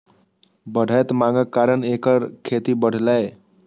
बढ़ैत मांगक कारण एकर खेती बढ़लैए